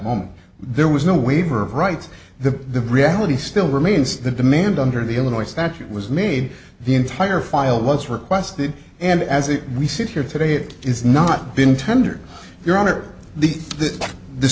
moment there was no waiver of rights the reality still remains the demand under the illinois statute was made the entire file was requested and as we sit here today it is not been tendered your honor the that the